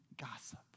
gossip